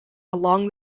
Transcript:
along